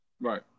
right